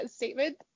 statement